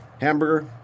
Hamburger